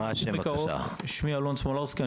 אני